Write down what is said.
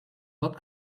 not